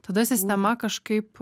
tada sistema kažkaip